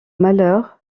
malheur